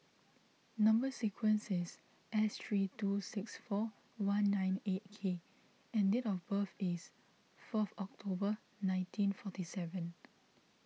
Number Sequence is S three two six four one nine eight K and date of birth is fourth October nineteen forty seven